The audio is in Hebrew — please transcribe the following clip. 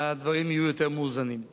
הדברים יהיו יותר מאוזנים.